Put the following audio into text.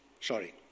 Sorry